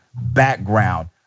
background